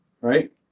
right